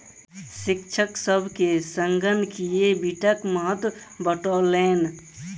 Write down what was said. शिक्षक सभ के संगणकीय वित्तक महत्त्व बतौलैन